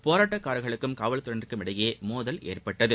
போராட்டக்கார்களுக்கும் காவல்துறையினருக்கும் இடையே மோதல் ஏற்பட்டது